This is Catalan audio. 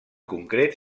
concret